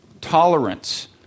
tolerance